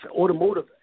automotive